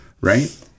right